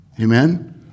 Amen